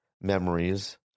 memories